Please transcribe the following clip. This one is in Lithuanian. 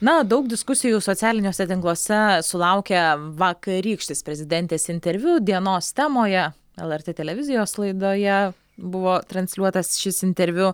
na daug diskusijų socialiniuose tinkluose sulaukia vakarykštis prezidentės interviu dienos temoje lrt televizijos laidoje buvo transliuotas šis interviu